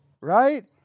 right